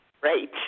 great